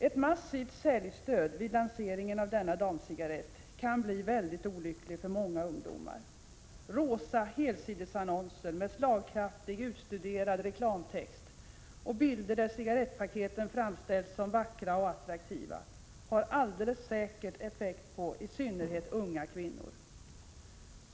Ett massivt säljstöd vid lanseringen av denna damcigarett kan bli mycket olyckligt för många ungdomar. Rosa helsidesannonser med slagkraftig, utstuderad reklamtext och bilder där cigarettpaketen framställs som vackra och attraktiva har alldeles säkert effekt på, i synnerhet, unga kvinnor.